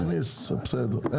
נכניס, בסדר, אין בעיה.